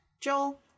Joel